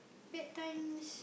bad times